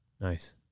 Nice